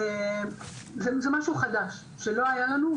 זה משהו חדש שלא היה לנו,